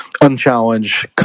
unchallenged